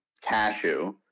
Cashew